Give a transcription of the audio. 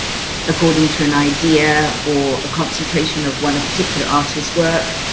according to an idea or a concentration of one, a particular artist's work,